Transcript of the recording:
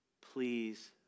please